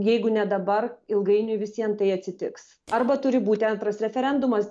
jeigu ne dabar ilgainiui vis vien tai atsitiks arba turi būti antras referendumas